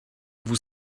vous